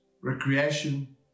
recreation